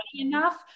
enough